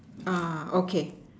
ah okay